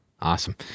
Awesome